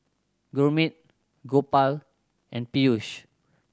Gurmeet Gopal and Peyush